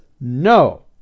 no